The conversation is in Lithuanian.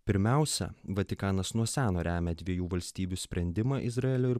pirmiausia vatikanas nuo seno remia dviejų valstybių sprendimą izraelio ir